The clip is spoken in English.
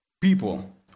people